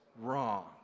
wrong